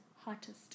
hottest